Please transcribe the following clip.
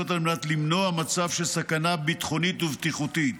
על מנת למנוע מצב של סכנה ביטחונית ובטיחותית.